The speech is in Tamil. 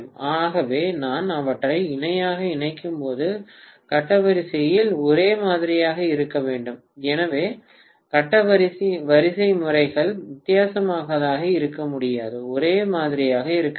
ஆகவே நான் அவற்றை இணையாக இணைக்கும்போது கட்ட வரிசைகள் ஒரே மாதிரியாக இருக்க வேண்டும் எனவே கட்ட வரிசைமுறைகள் வித்தியாசமாக இருக்க முடியாது ஒரே மாதிரியாக இருக்க வேண்டும்